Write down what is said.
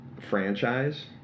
franchise